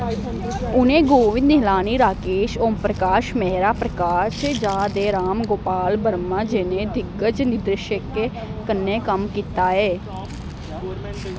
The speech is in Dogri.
उ'नें गोविंद निहलानी राकेश ओमप्रकाश मेहरा प्रकाश झा ते राम गोपाल वर्मा जनेह् दिग्गज निर्देशकें कन्नै कम्म कीता ऐ